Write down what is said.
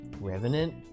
Revenant